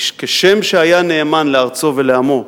כי כשם שהיה נאמן לארצו ולעמו,